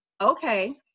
okay